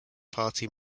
party